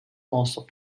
also